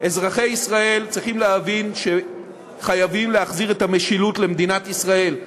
אזרחי ישראל צריכים להבין שחייבים להחזיר את המשילות למדינת ישראל,